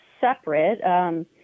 separate